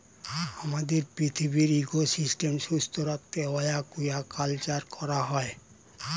আমাদের পৃথিবীর ইকোসিস্টেম সুস্থ রাখতে অ্য়াকুয়াকালচার করা হয়